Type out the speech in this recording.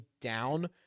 down